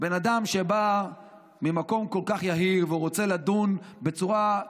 בן אדם שבא ממקום כל כך יהיר ורוצה לדון בצורה,